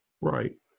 Right